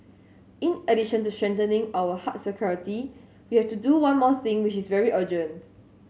in addition to strengthening our hard security we have to do one more thing which is very urgent